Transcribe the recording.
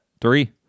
Three